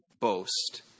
boast